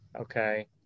Okay